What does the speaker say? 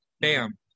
Bam